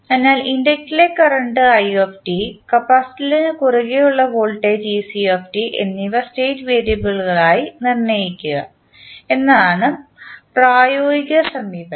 അതിനാൽ ഇൻഡക്റ്ററിലെ current capacitor നു കുറുകെ ഉള്ള വോൾട്ടേജ് എന്നിവ സ്റ്റേറ്റ് വേരിയബിളുകളായി നിർണ്ണയിക്കുക എന്നതാണ് പ്രായോഗിക സമീപനം